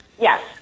Yes